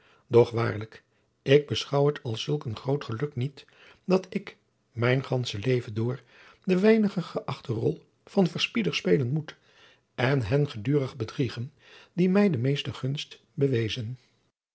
doch waarlijk ik beschouw het als zulk een groot geluk niet dat ik mijn gandsche leven door de weinig gëachte rol van verspieder spelen moet en hen gedurig bedriegen die mij de meeste gunst bewezen